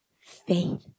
faith